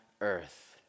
earth